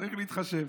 צריך להתחשב.